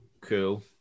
Cool